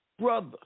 brother